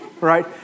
right